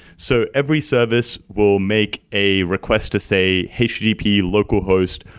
so every service will make a request to say, http, local host,